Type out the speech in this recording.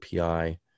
API